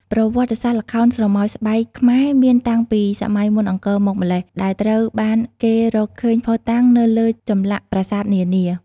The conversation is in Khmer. ប្រវត្តិសាស្ត្រល្ខោនស្រមោលស្បែកខ្មែរមានតាំងពីសម័យមុនអង្គរមកម្ល៉េះ ដែលត្រូវបានគេរកឃើញភស្តុតាងនៅលើចម្លាក់ប្រាសាទនានា។